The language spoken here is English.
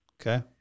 Okay